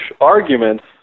arguments